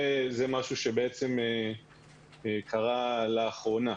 זה משהו שקרה לאחרונה.